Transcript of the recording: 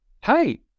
hey